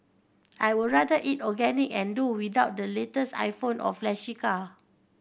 I would rather eat organic and do without the latest iPhone or flashy car